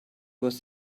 was